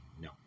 No